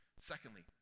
Secondly